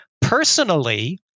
Personally